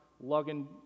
lugging